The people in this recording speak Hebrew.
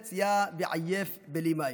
בארץ ציה ועיף בלי מים".